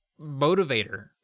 motivator